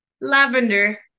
Lavender